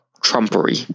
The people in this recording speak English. trumpery